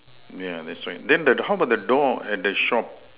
yeah that's right then how about the door and the shop